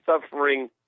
suffering